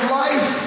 life